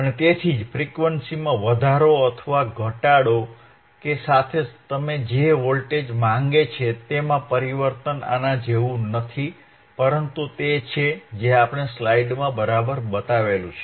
અને તેથી જ ફ્રીક્વન્સીમાં વધારો અથવા ઘટાડો કે સાથે તમે જે વોલ્ટેજ માંગે છે તેમાં પરિવર્તન બરાબર આના જેવું નથી પરંતુ તે છે જે આપણે સ્લાઇડમાં બરાબર બતાવ્યું છે